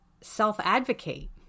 self-advocate